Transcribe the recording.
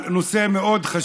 גם אתה בנושא זמני המתנה בלתי